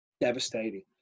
devastating